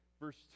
verse